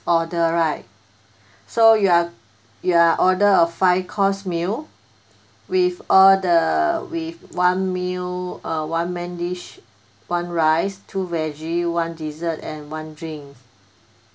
order right so you're you're order a five course meal with all the with one meal uh one main dish one rice two veggie one dessert and one drink